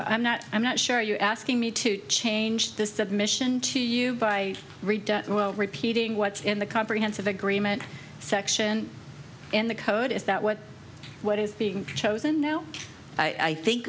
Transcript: i'm not i'm not sure you're asking me to change the submission to you by repeating what in the comprehensive agreement section in the code is that what what is being chosen now i think